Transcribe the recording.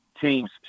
teams